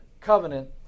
covenant